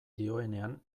dioenean